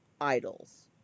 idols